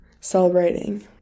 celebrating